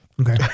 Okay